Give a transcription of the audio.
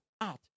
out